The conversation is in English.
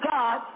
God